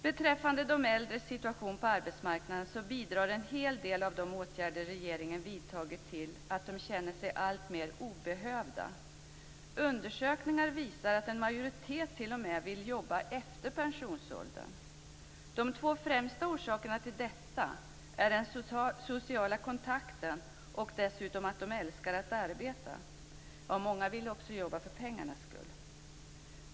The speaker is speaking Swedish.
Beträffande de äldres situation på arbetsmarknaden vill jag säga att en hel del av de åtgärder regeringen vidtagit bidrar till att de äldre känner sig alltmer obehövda. Undersökningar visar att en majoritet t.o.m. vill jobba efter pensionsåldern. De två främsta orsakerna till detta är den sociala kontakten och dessutom att man älskar att arbeta. Många vill också jobba för pengarnas skull.